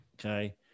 Okay